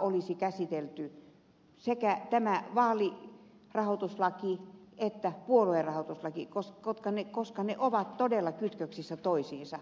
olisi käsitelty sekä tämä vaalirahoituslaki että puoluerahoituslaki koska ne ovat todella kytköksissä toisiinsa